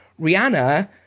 Rihanna